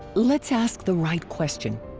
let's ask the right question.